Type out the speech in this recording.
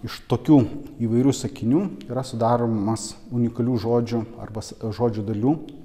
iš tokių įvairių sakinių yra sudaromas unikalių žodžių arba žodžių dalių